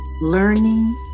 learning